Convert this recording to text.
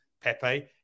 Pepe